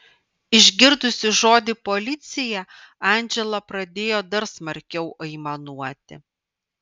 išgirdusi žodį policija andžela pradėjo dar smarkiau aimanuoti